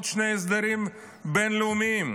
עוד שני הסדרים בין-לאומיים: